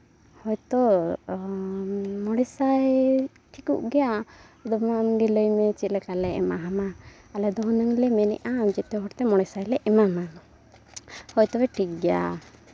ᱦᱳᱭᱛᱳ ᱢᱚᱬᱮ ᱥᱟᱭ ᱴᱷᱤᱠᱚᱜ ᱜᱮᱭᱟ ᱟᱫᱚ ᱟᱢᱜᱮ ᱞᱟᱹᱭ ᱢᱮ ᱪᱮᱫ ᱞᱮᱠᱟᱞᱮ ᱮᱢᱟᱢᱟ ᱟᱞᱮ ᱫᱚ ᱦᱩᱱᱟᱹᱝ ᱞᱮ ᱢᱮᱱᱮᱫᱼᱟ ᱡᱚᱛᱚ ᱦᱚᱲᱛᱮ ᱢᱚᱬᱮ ᱥᱟᱭᱞᱮ ᱮᱢᱟᱢᱟ ᱦᱳᱭ ᱛᱚᱵᱮ ᱴᱷᱤᱠ ᱜᱮᱭᱟ